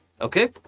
Okay